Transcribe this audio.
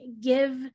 give